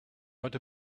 not